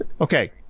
Okay